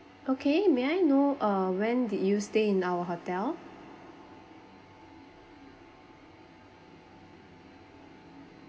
okay may I know uh when did you stay in our hotel